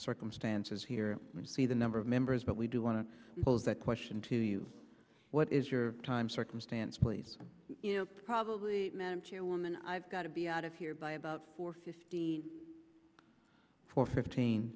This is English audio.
circumstances here we see the number of members but we do want to pose that question to you what is your time circumstance please you know probably man to woman i've got to be out of here by about four fifty four fifteen